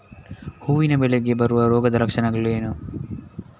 ಹೂವಿನ ಬೆಳೆಗೆ ಬರುವ ರೋಗದ ಲಕ್ಷಣಗಳೇನು?